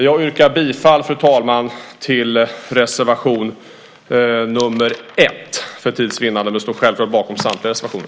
Jag yrkar bifall, fru talman, endast till reservation nr 1 för tids vinnande. Men jag står självfallet bakom samtliga reservationer.